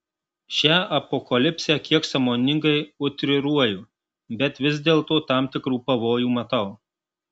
šią apokalipsę kiek sąmoningai utriruoju bet vis dėlto tam tikrų pavojų matau